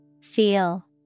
Feel